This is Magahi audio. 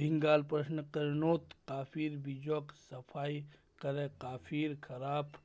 भीन्गाल प्रशंस्कर्नोत काफिर बीजोक सफाई करे काफिर खराब